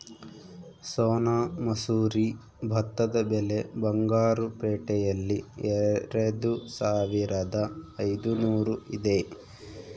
ಸೋನಾ ಮಸೂರಿ ಭತ್ತದ ಬೆಲೆ ಬಂಗಾರು ಪೇಟೆಯಲ್ಲಿ ಎರೆದುಸಾವಿರದ ಐದುನೂರು ಇದೆ